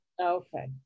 Okay